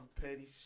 petty